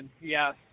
Yes